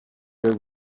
were